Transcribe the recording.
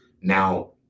Now